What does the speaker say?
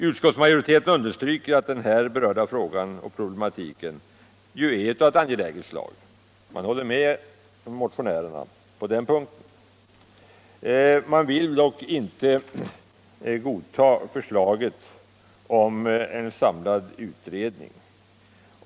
Utskottsmajoriteten understryker att den här berörda frågan och problematiken är av ett angeläget slag — man håller alltså med motionärerna på den punkten men vill inte godta förslaget om en samlad utredning.